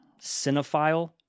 cinephile